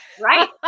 right